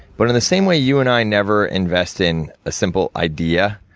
but, in the same way you and i never invest in a simple idea,